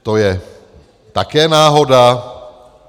To je také náhoda?